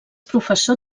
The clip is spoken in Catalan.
professor